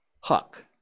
Huck